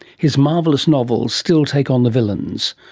his marvellous novels still take on the villains.